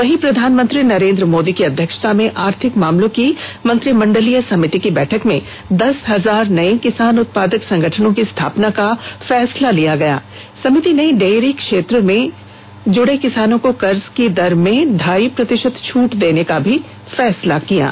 वहीं प्रधानमंत्री नरेंद्र मोदी की अध्यक्षता में आर्थिक मामलों की मंत्रिमंडलीय समिति की बैठक में दस हजार नये किसान उत्पादक संगठनों की स्थापना का फैसला किया गया समिति ने डेयरी क्षेत्र से जुड़े किसानों को कर्ज की दर में ढाई प्रतिशत छूट देने का भी फैसला किया है